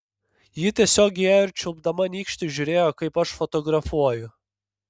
ji tiesiog įėjo ir čiulpdama nykštį žiūrėjo kaip aš fotografuoju